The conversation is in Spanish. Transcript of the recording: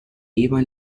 iban